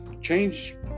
change